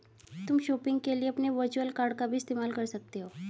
तुम शॉपिंग के लिए अपने वर्चुअल कॉर्ड भी इस्तेमाल कर सकते हो